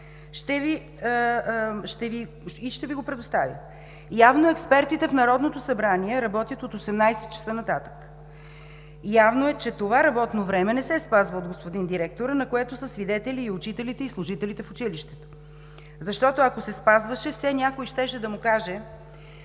ще Ви го предоставя. Явно експертите в Народното събрание работят от 18,00 ч. нататък. Явно е, че това работно време не се спазва от господин директора, на което са свидетели учителите и служителите в училището. Защото, ако се спазваше, все някой щеше да му каже